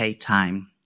time